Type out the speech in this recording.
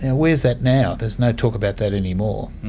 and where's that now? there is no talk about that anymore.